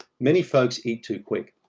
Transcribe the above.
many folks eat too quick,